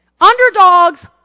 Underdogs